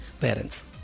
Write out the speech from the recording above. Parents